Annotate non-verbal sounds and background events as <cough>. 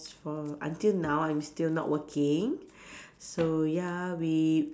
for until now I'm still not working <breath> so ya we